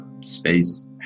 space